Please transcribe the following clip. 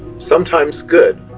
sometimes good,